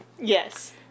Yes